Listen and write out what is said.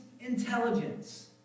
intelligence